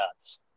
nuts